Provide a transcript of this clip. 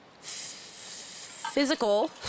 physical